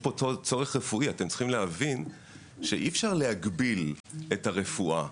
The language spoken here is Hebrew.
אתם צריכים להבין שאי אפשר להגביל את הרפואה.